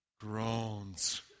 Groans